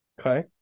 Okay